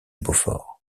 beaufort